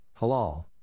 halal